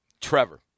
Trevor